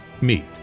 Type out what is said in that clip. meet